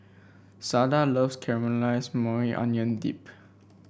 Sada loves Caramelized Maui Onion Dip